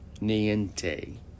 niente